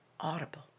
audible